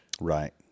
Right